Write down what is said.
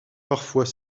parfois